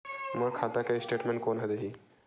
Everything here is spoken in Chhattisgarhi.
मोर खाता के स्टेटमेंट कोन ह देही?